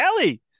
Ellie